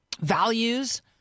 values